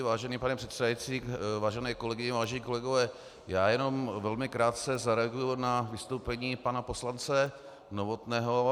Vážený pane předsedající, vážené kolegyně, vážení kolegové, já jenom velmi krátce zareaguji na vystoupení pana poslance Novotného.